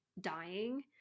dying